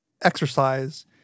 exercise